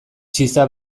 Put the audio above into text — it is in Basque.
txiza